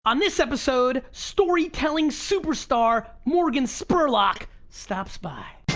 on this episode, storytelling superstar morgan spurlock stops by.